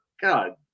God